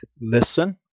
Listen